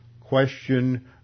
question